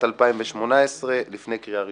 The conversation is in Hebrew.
התשע"ט-2018 לפני קריאה ראשונה.